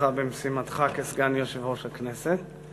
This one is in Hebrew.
בהצלחה במשימתך כסגן יושב-ראש הכנסת.